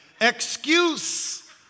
Excuse